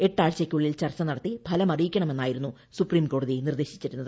എട്ട് ആഴ്ചക്കുള്ളിൽ ചർച്ചനടത്തി ഫലമറിയിക്കണമെന്നായിരുന്നു സുപ്രീംകോടതി നിർദ്ദേശിച്ചിരുന്നത്